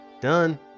Done